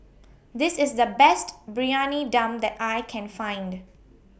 This IS The Best Briyani Dum that I Can Find